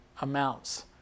amounts